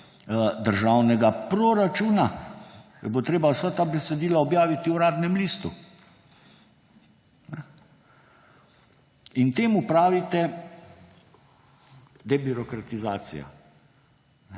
državnega proračuna, ker bo treba vsa ta besedila objaviti v Uradnem listu. Temu pravite debirokratizacija.